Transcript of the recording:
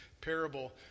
parable